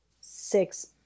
six